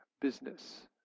business